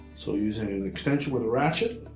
so using an extension with a ratchet,